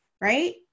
right